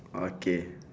okay